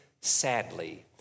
sadly